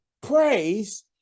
praise